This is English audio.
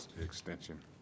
extension